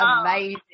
amazing